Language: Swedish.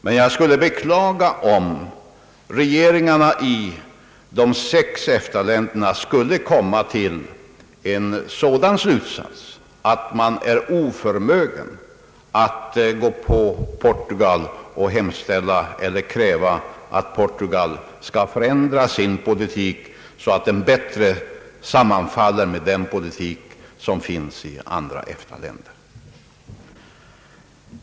Men jag skulle beklaga om regeringarna i de fem andra EFTA-länderna skulle komma till en sådan slutsats att man är oförmögen att kräva att Portugal skall förändra sin politik så att den bättre sammanfaller med den politik som förs i andra EFTA länder.